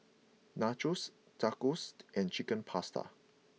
Nachos Tacosed and Chicken Pasta